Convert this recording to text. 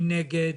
מי נגד?